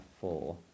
four